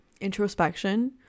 introspection